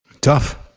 Tough